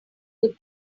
your